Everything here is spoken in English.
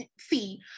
see